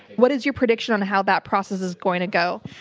what is your prediction on how that process is going to go?